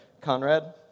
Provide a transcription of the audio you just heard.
Conrad